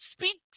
Speak